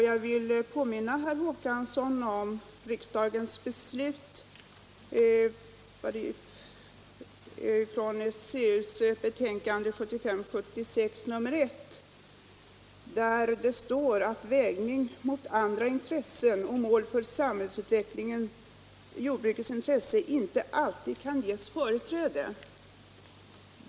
Jag vill påminna herr Håkansson i Trelleborg om riksdagens beslut i enlighet med civilutskottets betänkande 1975/76:1, där det står att i vägningen mot andra intressen och mål för samhällsutvecklingen kan jordbruksintresset inte alltid ges företräde.